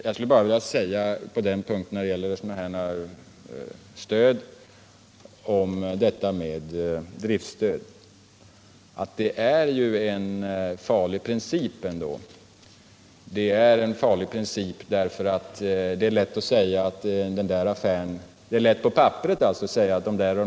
Jag vill beträffande driftsstöd bara säga att dessa ändå representerar en farlig princip. Det är lätt att acceptera tanken när man ser den på papperet.